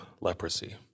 leprosy